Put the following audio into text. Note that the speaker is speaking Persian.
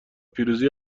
پیروزی